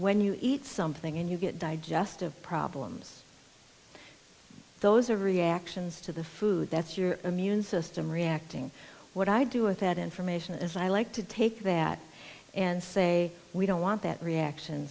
when you eat something and you get digestive problems those are reactions to the food that's your immune system reacting what i do with that information as i like to take that and say we don't want that reaction